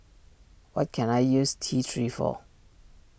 what can I use T three for